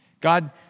God